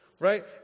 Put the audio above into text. Right